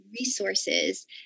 resources